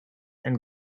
and